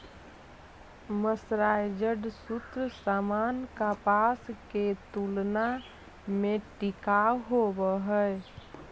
mercerised सूत सामान्य कपास के तुलना में टिकाऊ होवऽ हई